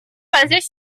basés